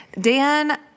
Dan